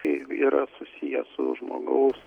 tai yra susiję su žmogaus